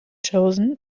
chosen